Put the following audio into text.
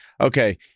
Okay